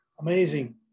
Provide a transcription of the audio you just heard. amazing